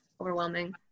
overwhelming